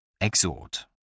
Exhort